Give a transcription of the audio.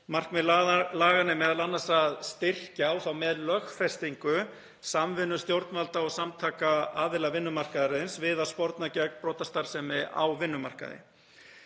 Markmið laganna er m.a. að styrkja, og þá með lögfestingu, samvinnu stjórnvalda og samtaka aðila vinnumarkaðarins við að sporna gegn brotastarfsemi á vinnumarkaði.